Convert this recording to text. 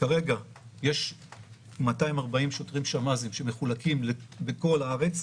כרגע יש 240 שוטרים שמ"זים שמחולקים בכל הארץ.